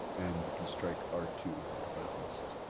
and you can strike r two out of that list.